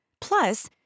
Plus